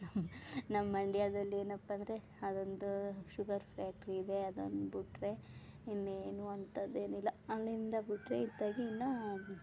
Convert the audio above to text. ನಮ್ಮ ನಮ್ಮ ಮಂಡ್ಯದಲ್ಲೇನಪ್ಪ ಅಂದರೆ ಅದೊಂದು ಶುಗರ್ ಫ್ಯಾಕ್ಟ್ರಿ ಇದೆ ಅದನ್ನು ಬಿಟ್ರೆ ಇನ್ನೇನು ಅಂಥದೇನಿಲ್ಲ ಅಲ್ಲಿಂದ ಬಿಟ್ರೆ ಇತ್ತಗೆ ಇನ್ನು